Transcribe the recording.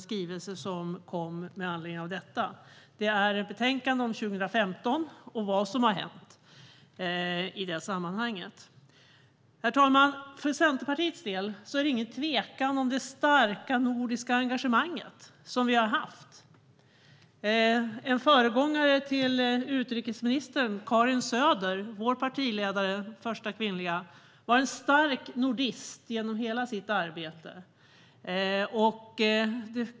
Skrivelsen som kommit med anledning av detta är ett betänkande om 2015 och vad som har hänt i de sammanhangen. Herr talman! För Centerpartiet finns det ingen tvekan om vårt starka nordiska engagemang. En föregångare till utrikesministern, Karin Söder, som var vår partiledare och den första kvinnliga partiledaren, var en stark nordist genom hela sitt arbete.